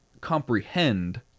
comprehend